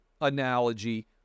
analogy